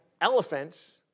elephants